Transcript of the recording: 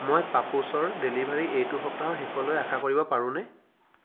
মই পাপোছৰ ডেলিভাৰী এইটো সপ্তাহৰ শেষলৈ আশা কৰিব পাৰোঁনে